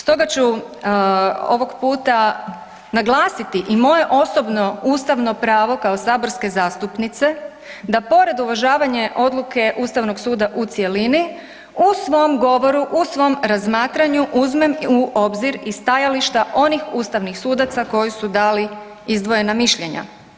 Stoga ću ovog puta naglasiti i moje osobno ustavno pravo kao saborske zastupnice da pored uvažavanja odluke Ustavnog suda u cjelini u svom govoru, u svom razmatranju uzmem u obzir i stajališta onih ustavnih sudaca koji su dali izdvojena mišljenja.